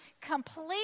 complete